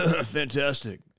Fantastic